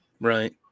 right